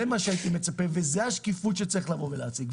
זה מה שהייתי מצפה וזאת השקיפות שצריך לבוא ולהציג.